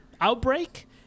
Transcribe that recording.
outbreak